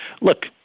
Look